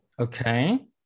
Okay